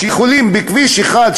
כשבכביש אחד,